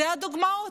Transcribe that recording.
אלה הדוגמאות.